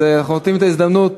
אז אנחנו נותנים את ההזדמנות